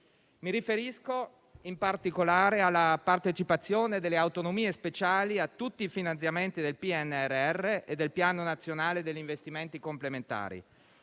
Mi riferisco in particolare alla partecipazione delle autonomie speciali a tutti i finanziamenti del PNRR e del Piano nazionale per gli investimenti complementari